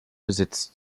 besitz